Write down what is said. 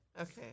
Okay